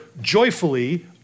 joyfully